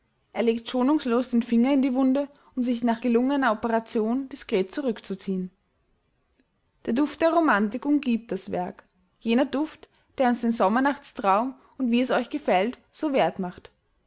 er legt schonungslos den finger in die wunde um sich nach gelungener operation diskret zurückzuziehen der duft der romantik umgibt das werk jener duft der uns den sommernachtstraum und wie es euch gefällt so wert macht